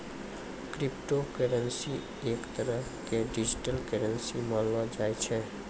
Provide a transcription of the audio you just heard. crypto currency एक तरह के डिजिटल करन्सी मानलो जाय छै